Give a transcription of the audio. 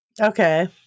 Okay